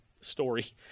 story